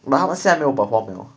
but 他们现在没有 perform 了